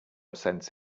sense